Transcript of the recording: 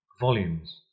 volumes